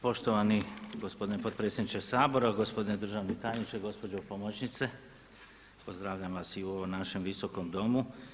Poštovani gospodine potpredsjedniče Sabora, poštovani gospodine državni tajniče, gospođo pomoćnice, pozdravljam vas i u ovom našem Visokom domu.